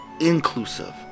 inclusive